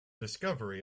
discovery